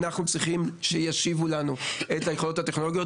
אנחנו צריכים שישיבו לנו את היכולות הטכנולוגיות,